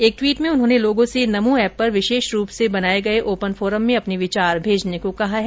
एक ट्वीट में उन्होंने लोगों से नमो एप पर विशेष रूप से बनाये गए ओपन फोरम में अपने विचार भेजने को कहा है